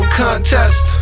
contest